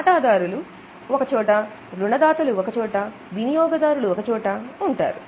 వాటాదారులు ఒకచోట రుణదాతలు ఒకచోట వినియోగదారుల ఒకచోట ఉంటారు